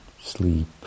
sleep